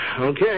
okay